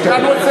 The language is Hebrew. הבנו.